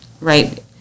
Right